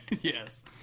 Yes